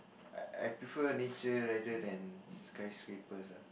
I I prefer nature rather than skyscrapers ah